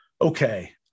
Okay